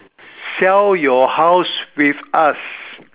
sell your house with us